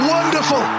Wonderful